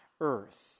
earth